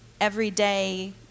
everyday